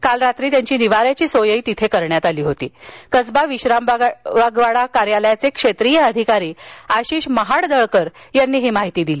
काल रात्री त्यांची निवाऱ्याची सोयही करण्यात आली होती अशी माहिती कसबा विश्रामबागवाडा कार्यालयाचे क्षेत्रीय अधिकारी आशिष महाडदळकर यांनी दिली